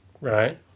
Right